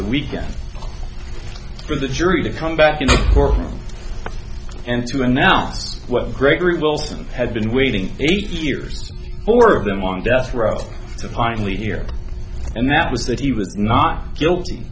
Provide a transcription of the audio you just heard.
the weekend for the jury to come back into court and to announce what gregory wilson had been waiting eight years four of them on death row to finally hear and that was that he was not guilty